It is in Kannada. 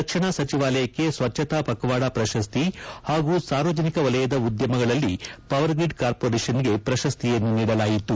ರಕ್ಷಣಾ ಸಚಿವಾಲಯಕ್ಕೆ ಸ್ವಚ್ಛತಾ ಪಕವಾಡ ಪ್ರಶಸ್ತಿ ಹಾಗೂ ಸಾರ್ವಜನಿಕ ವಲಯದ ಉದ್ದಮಗಳಲ್ಲಿ ಪವರ್ಗ್ರಿಡ್ ಕಾರ್ಮೋರೇಷನ್ಗೆ ಪ್ರಶಸ್ತಿಯನ್ನು ನೀಡಲಾಯಿತು